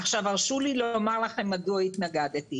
עכשיו הרשו לי לומר לכם מדוע התנגדתי.